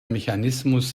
mechanismus